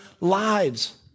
lives